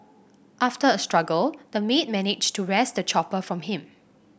after a struggle the maid managed to wrest the chopper from him